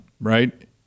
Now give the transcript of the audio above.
right